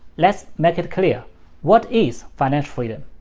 let's make it clear what is financial freedom.